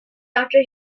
after